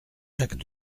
jacques